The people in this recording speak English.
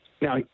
Now